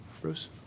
Bruce